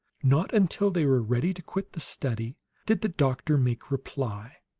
not until they were ready to quit the study did the doctor make reply.